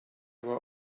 were